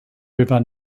river